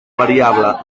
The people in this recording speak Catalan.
variable